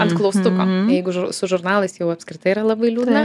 ant klaustuko jeigu žu su žurnalais jau apskritai yra labai